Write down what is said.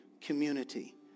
community